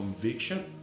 conviction